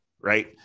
Right